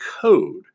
code